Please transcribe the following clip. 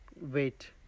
weight